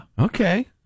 Okay